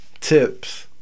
tips